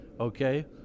okay